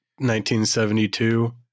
1972